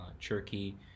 Turkey